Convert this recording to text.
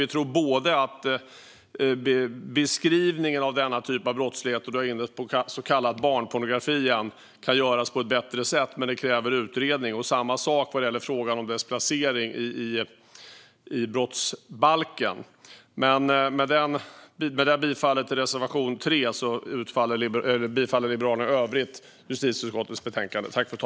Vi tror att beskrivningen av denna typ av brottslighet, så kallad barnpornografi, skulle kunna göras på ett bättre sätt. Men det kräver utredning. Det är samma sak vad gäller dess placering i brottsbalken. Förutom detta yrkande om bifall till reservation 3 yrkar jag i övrigt för Liberalerna bifall till utskottets förslag i betänkandet.